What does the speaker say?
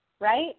right